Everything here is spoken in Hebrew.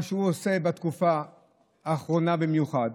מה שהוא עושה בתקופה האחרונה במיוחד